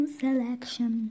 selection